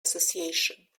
association